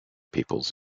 peoples